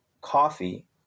coffee